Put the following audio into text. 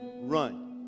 Run